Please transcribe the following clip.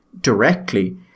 directly